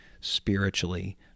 spiritually